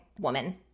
woman